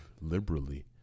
liberally